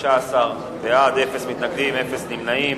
19 בעד, אין מתנגדים, אין נמנעים.